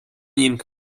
ning